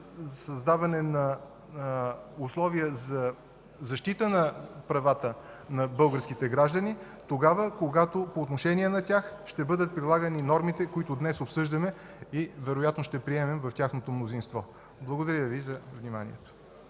създаване на условия за защита правата на българските граждани, когато по отношение на тях ще бъдат прилагани нормите, които днес обсъждаме и вероятно ще приемем. Благодаря Ви за вниманието.